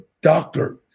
doctor